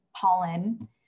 Pollen